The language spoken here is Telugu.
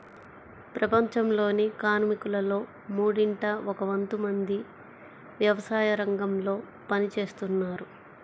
ప్రపంచంలోని కార్మికులలో మూడింట ఒక వంతు మంది వ్యవసాయరంగంలో పని చేస్తున్నారు